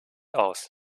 aus